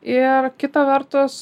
ir kita vertus